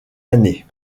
année